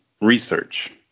research